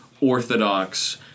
orthodox